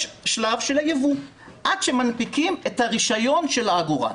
יש שלב של הייבוא עד שמנפיקים את הרישיון של העגורן.